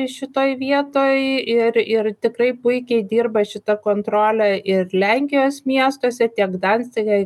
šitoj vietoj ir ir tikrai puikiai dirba šita kontrolė ir lenkijos miestuose tiek dancige